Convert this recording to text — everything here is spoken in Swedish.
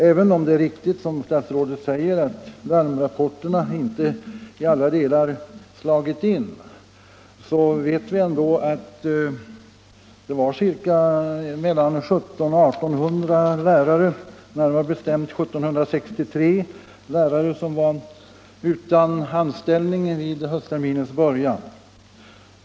Även om det är riktigt som fru statsrådet säger, att larmrapporterna inte till alla delar har slagit in, så vet vi ändå att mellan 1700 och 1 800 lärare — närmare bestämt 1 763 —- var utan anställning vid höstterminens början.